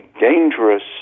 dangerous